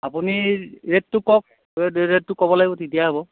আপুনি ৰেটটো কওক ৰেটটো ক'ব লাগিব তেতিয়া হ'ব